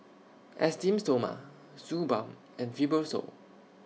Esteem Stoma Suu Balm and Fibrosol